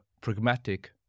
pragmatic